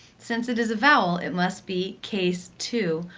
since it is a vowel, it must be case two,